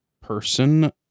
person